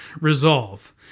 resolve